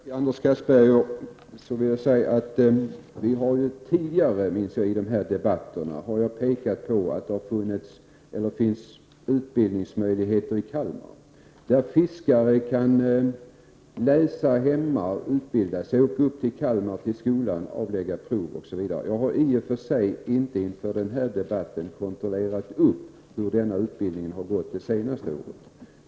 Fru talman! Till Anders Castberger vill jag säga att jag tidigare i de här debatterna har pekat på att det finns utbildningsmöjligheter i Kalmar. Fiskare kan läsa och utbilda sig hemma och åka upp till skolan i Kalmar för att avlägga prov osv. Jag har i och för sig inte inför den här debatten kontrollerat hur denna utbildning har fungerat det senaste året.